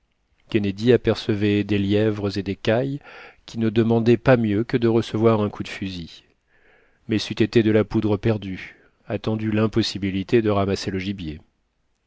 kennedy apercevait des lièvres et des cailles qui ne demandaient pas mieux que de recevoir un coup de fusil mais ceût été de la poudre perdue attendu limpossibilité de ramasser le gibier